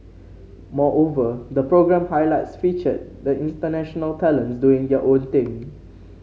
moreover the programme highlights featured the international talents doing their own thing